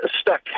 stuck